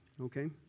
okay